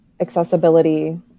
accessibility